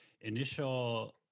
initial